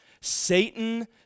Satan